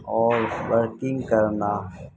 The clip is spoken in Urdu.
اور ورکنگ کرنا